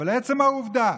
אבל עצם העובדה